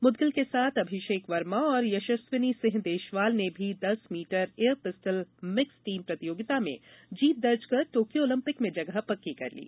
मुदिगल के साथ अभिषेक वर्मा और यशस्विनी सिंह देशवाल ने भी दस metre air pistol mix team प्रतियोगिता में जीत दर्ज कर टोक्यो ओलंपिक में जगह पक्की कर ली